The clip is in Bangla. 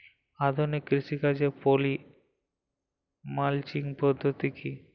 আধুনিক কৃষিকাজে পলি মালচিং পদ্ধতি কি?